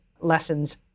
lessons